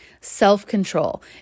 self-control